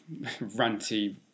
ranty